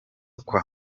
kwa